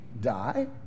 die